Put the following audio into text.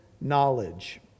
knowledge